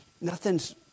nothing's